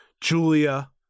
Julia